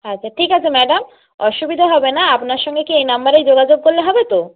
আচ্ছা ঠিক আছে ম্যাডাম অসুবিধে হবে না আপনার সঙ্গে কি এই নাম্বারেই যোগাযোগ করলে হবে তো